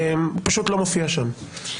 פשוט לא מופיע שם.